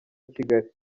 kigali